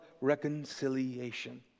reconciliation